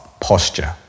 posture